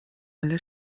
alle